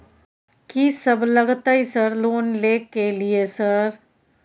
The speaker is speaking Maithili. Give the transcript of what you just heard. कि सब लगतै सर लोन ले के लिए सर?